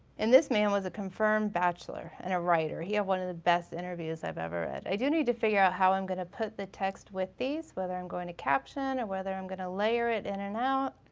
and this man was a confirmed bachelor and a writer. he had one of the best interviews i've ever read. i do need to figure out how i'm gonna put the text with these whether i'm gonna caption or whether i'm gonna layer it in and out.